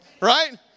Right